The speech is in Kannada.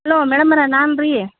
ಹಾಲೋ ಮ್ಯಾಡಮರೇ ನಾನು ರೀ